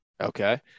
Okay